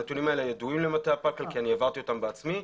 הנתונים ידועים למטה הפלקל כי העברתי אותם בעצמי.